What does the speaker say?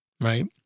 right